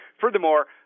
furthermore